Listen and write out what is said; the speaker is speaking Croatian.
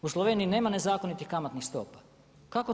U Sloveniji nema nezakonitih kamatnih stopa, kako to?